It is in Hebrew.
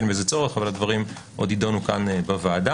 אין בזה צורך והדברים עוד יידונו כאן בוועדה.